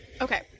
okay